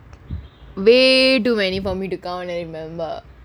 way too many for me to come I remember